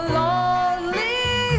lonely